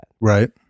right